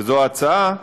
וזו ההצעה,